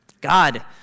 God